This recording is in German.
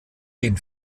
den